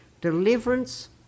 Deliverance